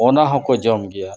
ᱚᱱᱟ ᱦᱚᱸᱠᱚ ᱡᱚᱢᱜᱮᱭᱟ